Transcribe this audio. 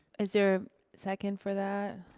is there a second for that?